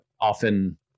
often